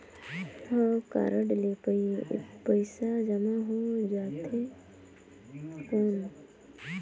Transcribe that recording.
हव कारड ले पइसा जमा हो जाथे कौन?